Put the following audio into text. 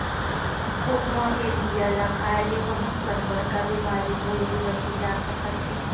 खोखमा के बीजा ल खाए ले बहुत कन बड़का बेमारी होए ले बाचे जा सकत हे